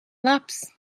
labs